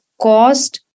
cost